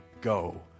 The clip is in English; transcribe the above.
go